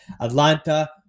Atlanta